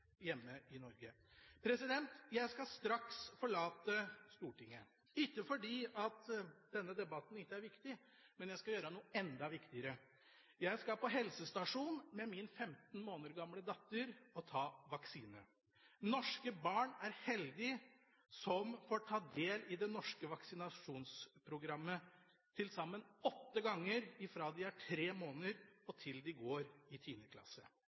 hjemme i Norge. Jeg skal straks forlate Stortinget, ikke fordi denne debatten ikke er viktig, men jeg skal gjøre noe enda viktigere: Jeg skal på helsestasjonen med min 15 måneder gamle datter og ta vaksine. Norske barn er heldige som får ta del i det norske vaksinasjonsprogrammet – til sammen åtte ganger fra de er tre måneder til de går i